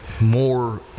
More